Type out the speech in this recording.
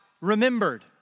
remembered